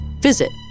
visit